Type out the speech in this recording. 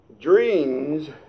Dreams